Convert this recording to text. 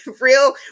Real